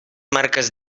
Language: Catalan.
marques